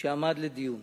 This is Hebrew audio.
שעמד לדיון.